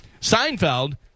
Seinfeld